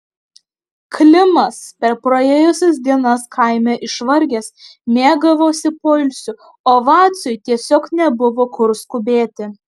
klimas per praėjusias dienas kaime išvargęs mėgavosi poilsiu o vaciui tiesiog nebuvo kur skubėti